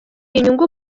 inyungu